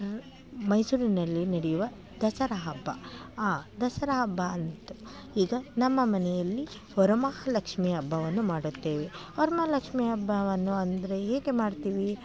ಮೈಸೂರಿನಲ್ಲಿ ನಡೆಯುವ ದಸರಾ ಹಬ್ಬ ಆ ದಸರಾ ಹಬ್ಬ ಅಂತ ಈಗ ನಮ್ಮ ಮನೆಯಲ್ಲಿ ವರಮಹಾಲಕ್ಷ್ಮಿ ಹಬ್ಬವನ್ನು ಮಾಡುತ್ತೇವೆ ವರಮಹಾಲಕ್ಷ್ಮಿ ಹಬ್ಬವನ್ನು ಅಂದರೆ ಹೇಗೆ ಮಾಡ್ತೀವಿ